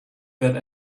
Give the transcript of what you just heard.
that